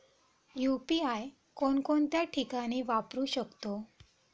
UPI कोणकोणत्या ठिकाणी वापरू शकतो?